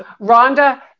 Rhonda